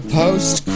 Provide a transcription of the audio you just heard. post